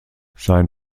sein